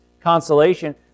consolation